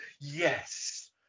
yes